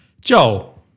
Joel